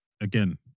again